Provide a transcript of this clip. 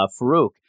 Farouk